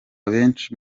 benshi